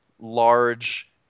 large